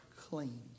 clean